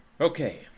Okay